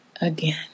again